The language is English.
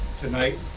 Tonight